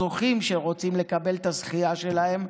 גם הזוכים, שרוצים לקבל את הזכייה שלהם,